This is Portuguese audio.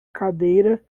cadeira